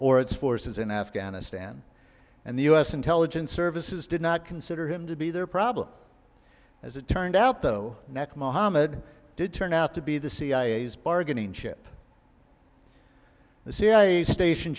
or its forces in afghanistan and the u s intelligence services did not consider him to be their problem as it turned out though nec mohammad did turn out to be the cia's bargaining chip the cia station